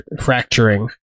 fracturing